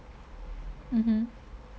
mmhmm